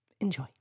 Enjoy